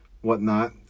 whatnot